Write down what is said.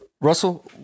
Russell